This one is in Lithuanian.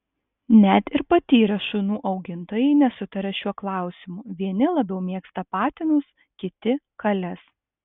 net ir patyrę šunų augintojai nesutaria šiuo klausimu vieni labiau mėgsta patinus kiti kales